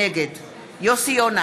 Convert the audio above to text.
נגד יוסי יונה,